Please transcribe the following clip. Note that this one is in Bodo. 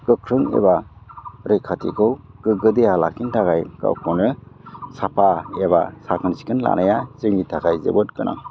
गोख्रों एबा रैखाथिखौ गोग्गो देहा लाखिनो थाखाय गावखौनो साफा एबा साखोन सिखोन लानाया जोंनि थाखाय जोबोद गोनां